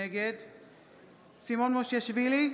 נגד סימון מושיאשוילי,